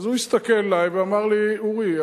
אז הוא הסתכל עלי ואמר לי: אורי,